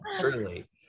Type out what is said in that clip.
Truly